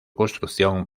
construcción